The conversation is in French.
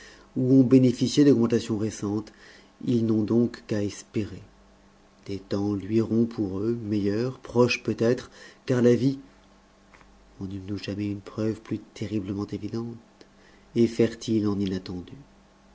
ont bénéficié d'augmentations récentes ils n'ont donc qu'à espérer des temps luiront pour eux meilleurs proches peut-être car la vie en eûmes nous jamais une preuve plus terriblement évidente est fertile en inattendus